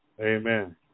Amen